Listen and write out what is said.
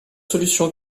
solution